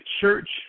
church